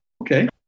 Okay